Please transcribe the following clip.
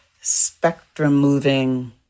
spectrum-moving